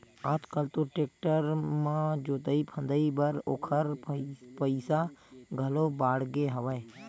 आज कल तो टेक्टर म जोतई फंदई बर ओखर पइसा घलो बाड़गे हवय